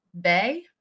Bay